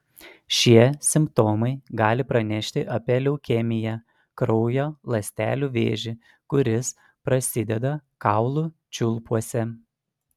šie simptomai gali pranešti apie leukemiją kraujo ląstelių vėžį kuris prasideda kaulų čiulpuose